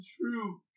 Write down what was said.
true